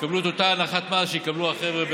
יקבלו את אותה הנחת מס שיקבלו החבר'ה,